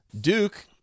Duke